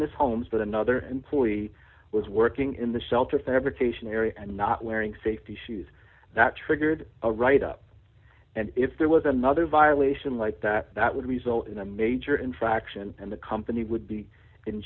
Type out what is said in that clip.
this homes but another employee was working in the shelter fabrication area and not wearing safety shoes that triggered a write up and if there was another violation like that that would result in a major infraction and the company would be in